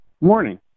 Morning